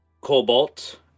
Cobalt